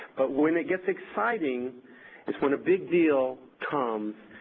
when it gets exciting is when a big deal comes,